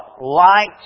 light